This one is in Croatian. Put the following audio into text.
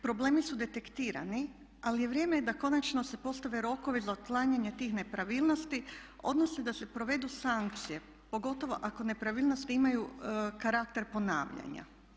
Problemi su detektirani ali vrijeme je da konačno se postave rokovi za otklanjanje tih nepravilnosti odnosno da se provedu sankcije pogotovo ako nepravilnosti imaju karakter ponavljanja.